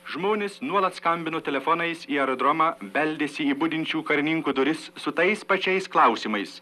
žmonės nuolat skambino telefonais į aerodromą beldėsi į budinčių karininkų duris su tais pačiais klausimais